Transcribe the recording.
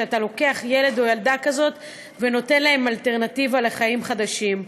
שאתה לוקח ילד או ילדה כזאת ואתה נותן להם אלטרנטיבה לחיים חדשים.